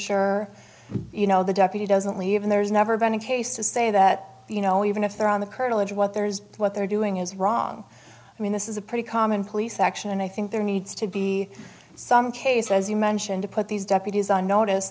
sure you know the deputy doesn't leave and there's never been a case to say that you know even if they're on the curtilage what there is what they're doing is wrong i mean this is a pretty common police action and i think there needs to be some case as you mentioned to put these deputies on notice